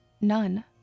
None